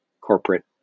Corporate